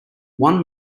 one